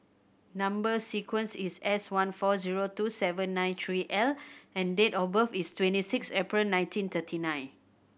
number sequence is S one four zero two seven nine three L and date of birth is twenty six April nineteen thirty nine